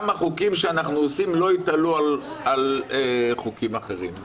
החוקים שאנחנו עושים לא ייתלו על חוקים אחרים.